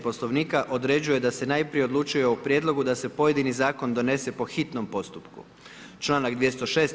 Poslovnika, određuje da se najprije odlučuje o prijedlogu da se pojedini zakon donese po hitnom postupku čl. 206.